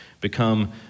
become